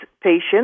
patients